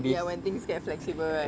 ya when things get flexible right ya